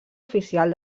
oficial